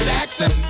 Jackson